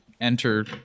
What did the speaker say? enter